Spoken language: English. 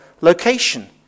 location